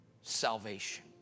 salvation